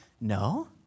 No